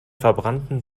verbrannten